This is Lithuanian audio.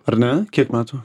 ar ne kiek metų